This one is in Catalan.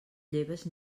lleves